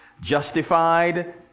Justified